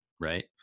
right